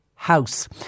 House